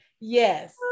Yes